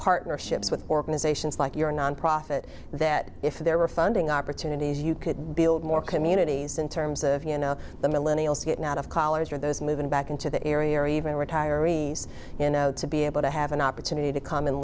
partnerships with organizations like your nonprofit that if there were funding opportunities you could build more communities in terms of you know the millennial getting out of college or those moving back into the area or even retirees you know to be able to have an opportunity to com